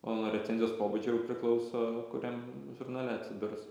o nuo recenzijos pobūdžio jau priklauso kuriam žurnale atsidurs